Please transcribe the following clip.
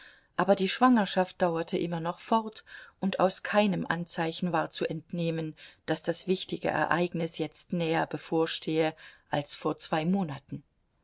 aber die schwangerschaft dauerte immer noch fort und aus keinem anzeichen war zu entnehmen daß das wichtige ereignis jetzt näher bevorstehe als vor zwei monaten